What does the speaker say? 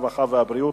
הרווחה והבריאות,